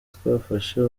twafashe